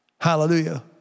Hallelujah